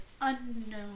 unknown